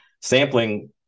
sampling